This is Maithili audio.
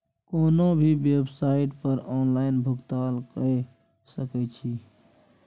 कोनो भी बेवसाइट पर ऑनलाइन भुगतान कए सकैत छी